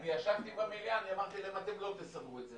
אני ישבתי במליאה ואמרתי להם: אתם לא תסדרו את זה.